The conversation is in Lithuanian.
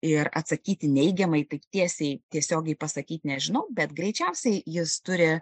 ir atsakyti neigiamai taip tiesiai tiesiogiai pasakyti nežinau bet greičiausiai jis turi